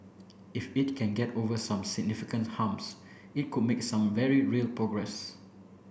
if it can get over some significant humps it could make some very real progress